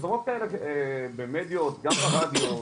הפרסומות האלה במדיות גם ברדיו,